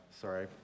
Sorry